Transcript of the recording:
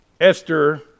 Esther